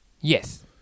Yes